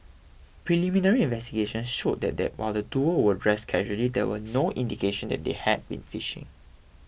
preliminary investigations showed that while the duo were dressed casually there were no indication that they had been fishing